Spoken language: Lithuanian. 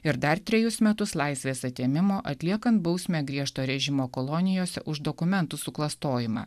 ir dar trejus metus laisvės atėmimo atliekant bausmę griežto režimo kolonijose už dokumentų suklastojimą